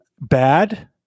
bad